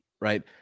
right